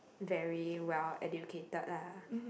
very well educated lah